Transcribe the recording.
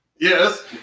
Yes